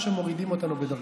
או שמורידים אותנו בדרגה.